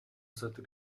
stati